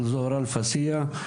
של זוהרה אלפסיה.